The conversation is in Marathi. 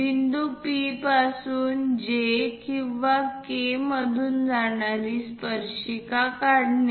बिंदू P पासून J किंवा K मधून जाणारी स्पर्शिका काढणे